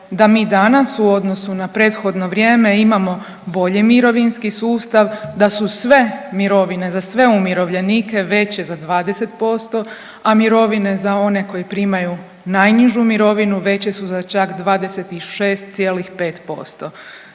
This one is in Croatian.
da mi danas u odnosu na prethodno vrijeme imamo bolji mirovinski sustav, da su sve mirovine, za sve umirovljenike veće za 20%, a mirovine za one koji primaju najnižu mirovinu, veće su za čak 26,5%